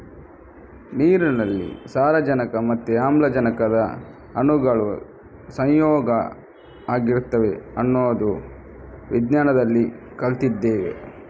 ನೀರಿನಲ್ಲಿ ಸಾರಜನಕ ಮತ್ತೆ ಆಮ್ಲಜನಕದ ಅಣುಗಳು ಸಂಯೋಗ ಆಗಿರ್ತವೆ ಅನ್ನೋದು ವಿಜ್ಞಾನದಲ್ಲಿ ಕಲ್ತಿದ್ದೇವೆ